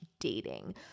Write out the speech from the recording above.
dating